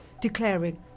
declaring